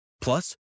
Plus